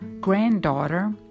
granddaughter